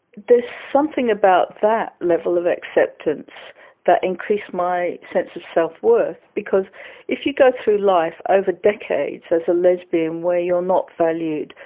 something about that level of acceptance that increased my sense of self-worth. because if you go through life over decades as a lesbian where you are not valued,